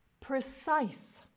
Precise